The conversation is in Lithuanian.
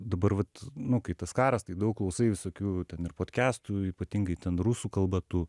dabar vat nu kai tas karas tai daug klausai visokių ten ir potkestų ypatingai ten rusų kalba tų